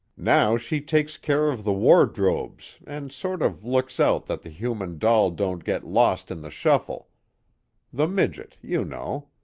now she takes care of the wardrobes and sort of looks out that the human doll don't get lost in the shuffle the midget, you know.